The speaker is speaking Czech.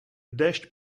déšť